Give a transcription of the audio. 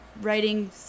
writing